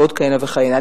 ועוד כהנה וכהנה.